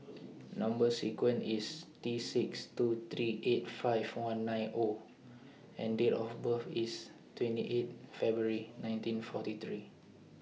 Number sequence IS T six two three eight five one nine O and Date of birth IS twenty eight February nineteen forty three